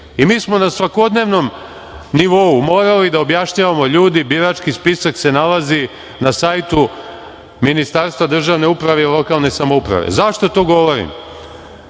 i mi smo na svakodnevnom nivou morali da objašnjavamo, ljudi birački spisak se nalazi na sajtu Ministarstva državne uprave i lokalne samouprave. Zašto to govorim? Zato